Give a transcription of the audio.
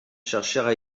cherchèrent